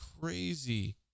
crazy